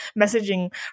messaging